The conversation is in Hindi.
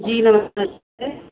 जी नमस्ते